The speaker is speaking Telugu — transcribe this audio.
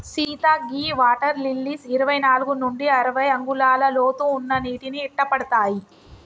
సీత గీ వాటర్ లిల్లీస్ ఇరవై నాలుగు నుండి అరవై అంగుళాల లోతు ఉన్న నీటిని ఇట్టపడతాయి